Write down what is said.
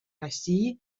россии